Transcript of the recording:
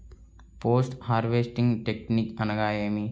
Post harvesting technique అనగా నేమి?